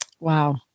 Wow